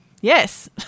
Yes